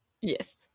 yes